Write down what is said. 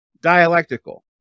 dialectical